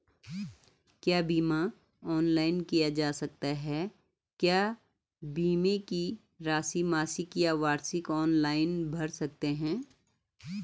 क्या बीमा ऑनलाइन किया जा सकता है क्या बीमे की राशि मासिक या वार्षिक ऑनलाइन भर सकते हैं?